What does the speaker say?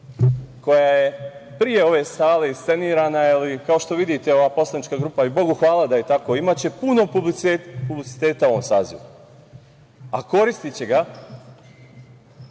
koja je pre ove sale iscenirana ili kao što vidite da će ova poslanička grupa, i Bogu hvala da je tako, imati puno publiciteta u ovom sazivu, a koristiće ga